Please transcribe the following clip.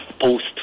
post